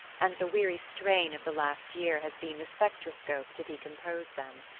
and the weary strain of the last year has been the spectroscope to decompose them.